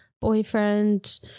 boyfriend